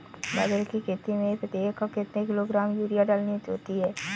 बाजरे की खेती में प्रति एकड़ कितने किलोग्राम यूरिया डालनी होती है?